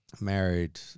married